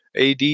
AD